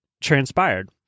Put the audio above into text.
transpired